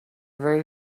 very